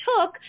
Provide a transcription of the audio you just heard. took